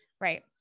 right